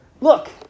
Look